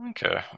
Okay